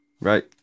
Right